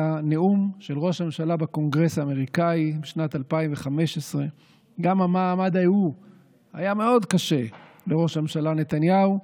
לנאום של ראש הממשלה בקונגרס האמריקאי בשנת 2015. גם המעמד ההוא היה מאוד קשה לראש הממשלה נתניהו.